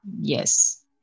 Yes